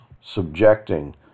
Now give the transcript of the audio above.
subjecting